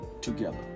together